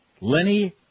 Lenny